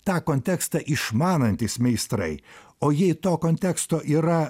tą kontekstą išmanantys meistrai o jei to konteksto yra